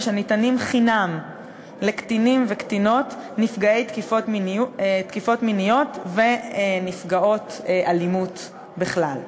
הניתנים חינם לקטינים וקטינות נפגעי תקיפות מיניות ונפגעות אלימות בכלל.